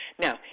Now